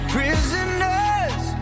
Prisoners